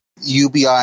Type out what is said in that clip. UBI